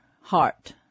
heart